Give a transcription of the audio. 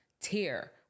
tier